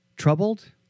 Troubled